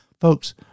Folks